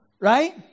right